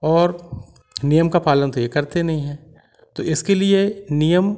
और नियम का पालन तो ये करते नहीं हैं तो इसके लिए नियम